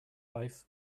life